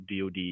DoD